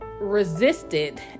Resisted